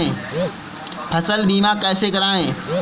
फसल बीमा कैसे कराएँ?